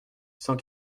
sans